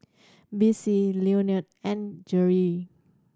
Bessie Leonel and Geri